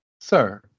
Sir